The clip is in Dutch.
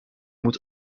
moet